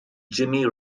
jimmy